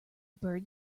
bird